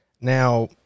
Now